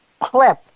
clip